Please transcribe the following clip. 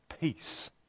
peace